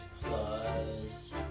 plus